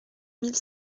mille